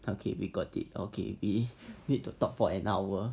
okay we got it okay we need to talk for an hour